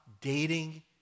dating